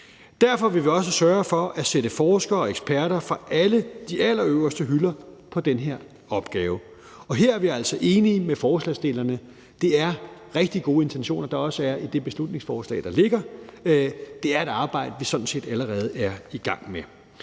Derfor vil vi også sørge for at sætte forskere og eksperter fra de allerøverste hylder på den her opgave. Her er vi altså enige med forslagsstillerne. Det er rigtig gode intentioner, der også er i det beslutningsforslag, der ligger. Det er et arbejde, vi sådan set allerede er i gang med.